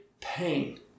pain